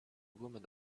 woman